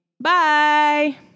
Bye